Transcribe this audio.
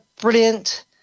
brilliant